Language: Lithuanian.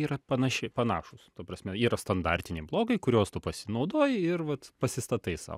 yra panašiai panašūs ta prasme yra standartiniai blogai kuriuos tu pasinaudoji ir vat pasistatai sau